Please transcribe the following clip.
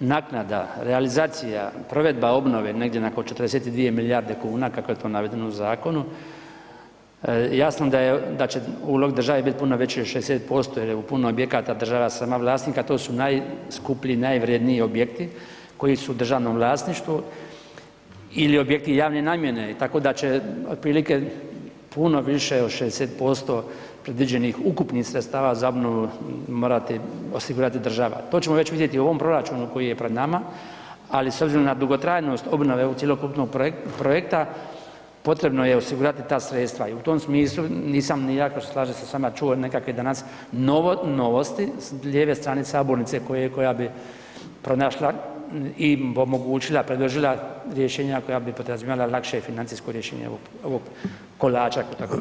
naknada, realizacija, provedba obnove negdje oko 42 milijarde kuna kako je to navedeno u zakonu, jasno da je, da će ulog države bit puno veći od 60% jer je u puno objekata država sama vlasnik, a to su najskuplji i najvrjedniji objekti koji su u državnom vlasništvu ili objekti javne namjene, tako da će otprilike puno više od 60% predviđenih ukupnih sredstava za obnovu morati osigurati država, to ćemo već vidjeti u ovom proračunu koji je pred nama, ali s obzirom na dugotrajnost obnove ovog cjelokupnog projekta potrebno je osigurati ta sredstva i u tom smislu nisam ni ja, slažem se s vama, čuo nekakve danas novosti s lijeve strane sabornice koje, koja bi pronašla i omogućila, predložila rješenja koja bi podrazumijevala lakše financijsko rješenje ovog, ovog kolača, da tako kažem.